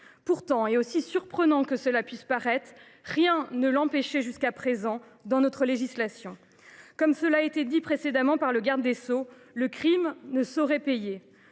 Pourtant, et aussi surprenant que cela puisse paraître, rien ne l’empêchait jusqu’à présent dans notre législation. Comme cela a été dit précédemment par M. le garde des sceaux, le crime ne saurait payer.